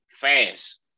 fast